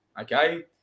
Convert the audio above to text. okay